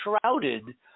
shrouded